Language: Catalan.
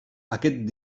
aquest